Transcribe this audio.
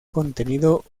contenido